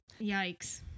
yikes